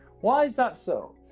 why is that so?